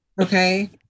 okay